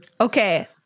Okay